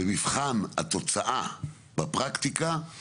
במבחן התוצאה הוא